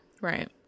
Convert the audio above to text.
Right